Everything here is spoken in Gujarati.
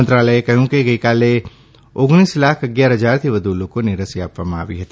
મંત્રાલયે કહ્યું છે કે ગઇકાલે ઓગણીસ લાખ અગીયાર હજારથી વધુ લોકોને રસી આપવામાં આવી હતી